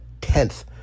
tenth